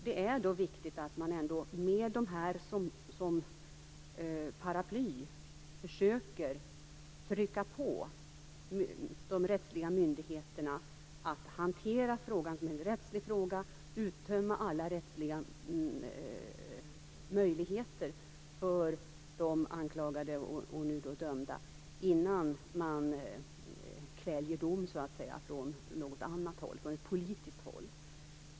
Det är viktigt att man att man med dessa som paraply försöker att utöva påtryckning på de rättsliga myndigheterna att hantera frågan som en rättslig fråga och uttömma alla rättsliga möjligheter för de anklagade, och nu dömda, innan man kväljer dom från politiskt håll.